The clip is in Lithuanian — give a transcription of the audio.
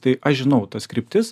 tai aš žinau tas kryptis